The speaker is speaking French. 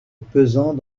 pesant